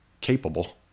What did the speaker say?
capable